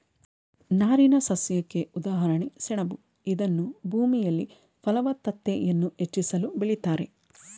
ನಾರಿನಸಸ್ಯಕ್ಕೆ ಉದಾಹರಣೆ ಸೆಣಬು ಇದನ್ನೂ ಭೂಮಿಯಲ್ಲಿ ಫಲವತ್ತತೆಯನ್ನು ಹೆಚ್ಚಿಸಲು ಬೆಳಿತಾರೆ